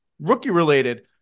rookie-related